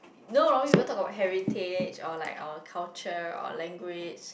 no normally people talk about heritage or like our culture or language